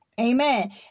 amen